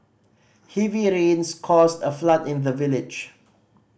heavy rains caused a flood in the village